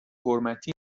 حرمتی